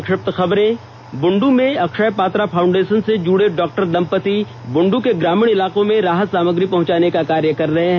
संक्षिप्त खबरें बुंडू में अक्षय पात्रा फाउंडेषन से जुड़े डॉक्टर दंपत्ति बुंडू के ग्रामीण इलाकों में राहत सामग्री पहंचाने का कार्य कर रहे हैं